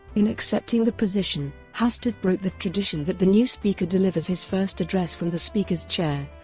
in accepting the position, hastert broke the tradition that the new speaker delivers his first address from the speaker's chair,